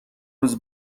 روز